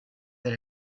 del